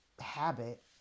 habit